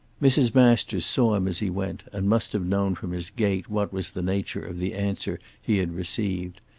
mrs. masters saw him as he went, and must have known from his gait what was the nature of the answer he had received.